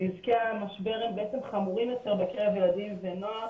נזקי המשבר הם בעצם חמורים יותר בקרב ילדים ונוער,